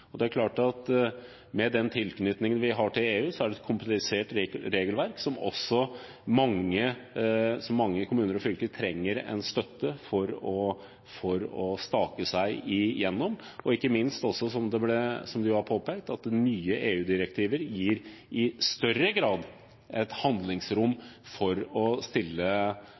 Med den tilknytningen vi har til EU, er det et komplisert regelverk, som mange kommuner og fylker trenger en støtte for å stake seg igjennom. Og ikke minst, som det var påpekt, nye EU-direktiver gir i større grad handlingsrom for å stille